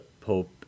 Pope